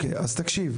אוקיי, אז תקשיב.